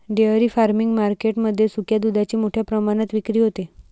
dairy farming market मध्ये सुक्या दुधाची मोठ्या प्रमाणात विक्री होते